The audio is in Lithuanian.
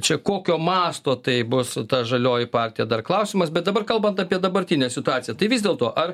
čia kokio masto tai bus ta žalioji partija dar klausimas bet dabar kalbant apie dabartinę situaciją tai vis dėlto ar